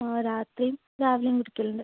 രാത്രിയും രാവിലെയും കുടിക്കലിണ്ട്